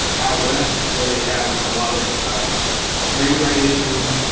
out west, where they have a lot of land right issues,